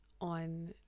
on